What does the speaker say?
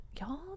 y'all